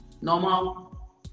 normal